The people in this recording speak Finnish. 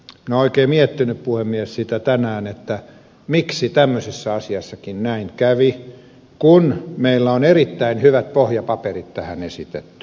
olen oikein miettinyt puhemies sitä tänään miksi tämmöisessä asiassakin näin kävi kun meillä on erittäin hyvät pohjapaperit tähän esitetty